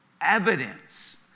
evidence